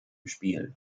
spiel